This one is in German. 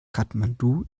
kathmandu